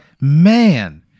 Man